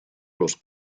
los